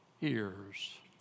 ears